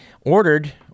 ordered